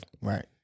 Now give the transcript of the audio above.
Right